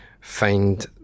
find